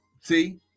See